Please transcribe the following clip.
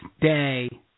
day